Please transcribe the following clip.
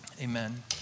amen